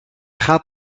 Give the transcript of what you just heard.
gaat